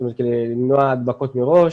כדי למנוע הדבקות מראש,